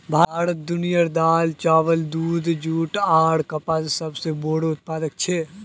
भारत दुनियार दाल, चावल, दूध, जुट आर कपसेर सबसे बोड़ो उत्पादक छे